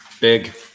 Big